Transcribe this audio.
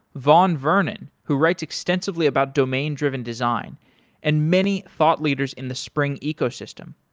vaughn vernon who writes extensively about domain driven design and many thought leaders in the spring ecosystem.